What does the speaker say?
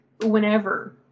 whenever